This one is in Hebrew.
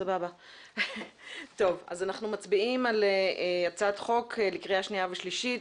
אנחנו מצביעים על הצעת חוק לקריאה שנייה ושלישית,